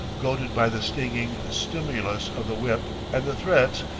goaded by the stinging stimulus of the whip and the threats,